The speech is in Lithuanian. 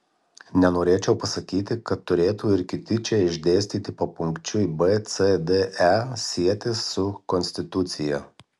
nenorėčiau pasakyti kad turėtų ir kiti čia išdėstyti papunkčiui b c d e sietis su konstitucija